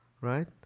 Right